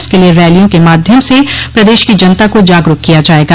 इसके लिए रैलियों के माध्यम से प्रदेश की जनता को जागरूक किया जायेगा